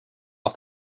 off